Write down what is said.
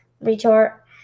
retort